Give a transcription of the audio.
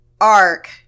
arc